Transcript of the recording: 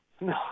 No